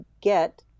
get